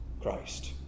Christ